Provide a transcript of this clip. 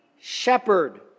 shepherd